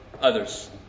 others